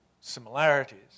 similarities